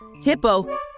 Hippo